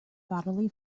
bodily